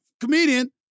comedian